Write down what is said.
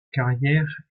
carrière